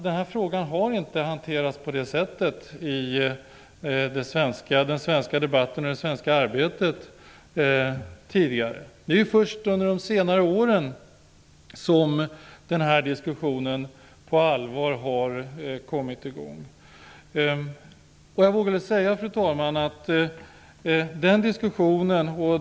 Den här frågan har tidigare inte hanterats på det sättet i den svenska debatten och i det svenska arbetet. Först under de senare åren har diskussionen kommit i gång på allvar.